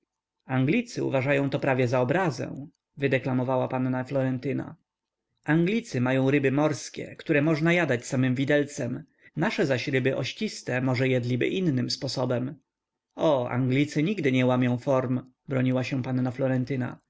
anglicy uważają to prawie za obrazę wydeklamowała panna florentyna anglicy mają ryby morskie które można jadać samym widelcem nasze zaś ryby ościste może jedliby innym sposobem o anglicy nigdy nie łamią form broniła się panna